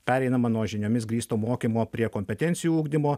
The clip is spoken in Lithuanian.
pereinama nuo žiniomis grįsto mokymo prie kompetencijų ugdymo